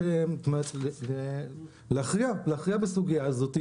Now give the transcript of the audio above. ולהכריע בסוגיה הזאת,